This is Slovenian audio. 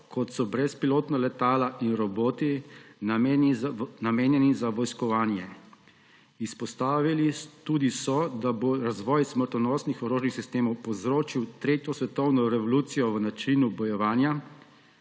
kot so brezpilotna letala in roboti, namenjeni za vojskovanje. Izpostavili tudi so, da bo razvoj smrtonosnih orožnih sistemov povzročil tretjo svetovno revolucijo v načinu bojevanja.